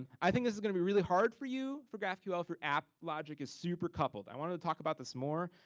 and i think this is gonna be really hard for you, for graphql for app logic is super coupled. i wanna talk about this more,